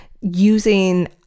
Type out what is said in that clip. using